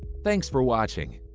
thanks for watching!